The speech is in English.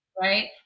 right